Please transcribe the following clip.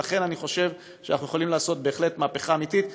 ולכן אני חושב שאנחנו יכולים לעשות בהחלט מהפכה אמיתית.